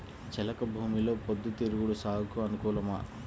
చెలక భూమిలో పొద్దు తిరుగుడు సాగుకు అనుకూలమా?